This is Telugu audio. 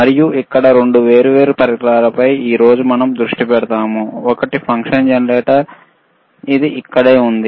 మరియు ఇక్కడ రెండు వేర్వేరు పరికరాలపై ఈ రోజు మనం దృష్టి పెడతాము ఒకటి ఫంక్షన్ జెనరేటర్ ఇది ఇక్కడే ఉంది